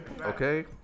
okay